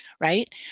right